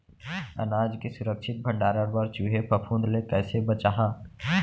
अनाज के सुरक्षित भण्डारण बर चूहे, फफूंद ले कैसे बचाहा?